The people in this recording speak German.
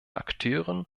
akteuren